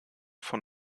von